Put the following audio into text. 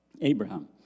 Abraham